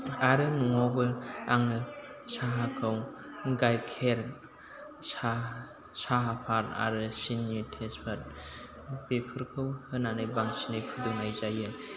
आरो न'आवबो आङो साहाखौ गायखेर साहा साहाफाद आरो सिनि तेजफाद बेफोरखौ होनानै बांसिनै फुदुंनाय जायो